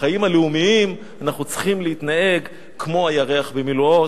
בחיים הלאומיים אנחנו צריכים להתנהג כמו הירח במילואו.